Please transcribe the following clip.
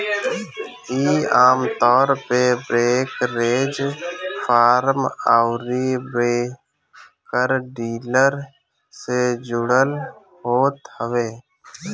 इ आमतौर पे ब्रोकरेज फर्म अउरी ब्रोकर डीलर से जुड़ल होत हवे